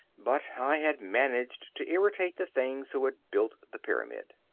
but i had managed to irritate the things who had built the pyramid.